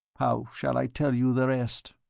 how shall i tell you the rest?